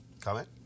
comment